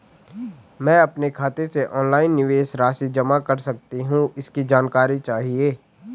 मैं अपने खाते से ऑनलाइन निवेश राशि जमा कर सकती हूँ इसकी जानकारी चाहिए?